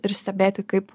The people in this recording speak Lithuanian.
ir stebėti kaip